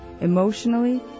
emotionally